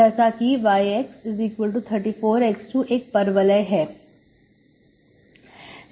जैसा कि y34x2 एक परवलय है